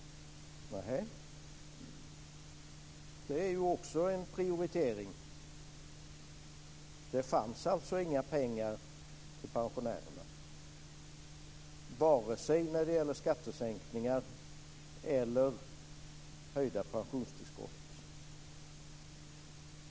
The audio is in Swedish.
Nehej, det är ju också en prioritering. Det fanns alltså inga pengar till pensionärerna, vare sig för skattesänkningar eller höjda pensionstillskott.